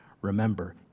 Remember